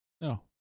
No